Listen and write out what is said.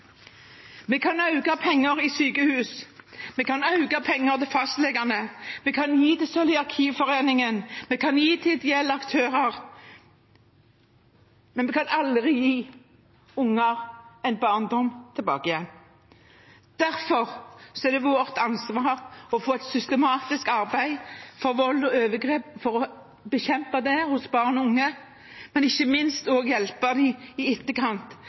Vi kan gi mer penger til sykehusene, vi kan gi mer penger til fastlegene, vi kan gi til Cøliakiforeningen, og vi kan gi til ideelle aktører, men vi kan aldri gi unger en barndom tilbake. Derfor er det vårt ansvar å få et systematisk arbeid for å bekjempe vold og overgrep mot barn og unge, men ikke minst også hjelpe i etterkant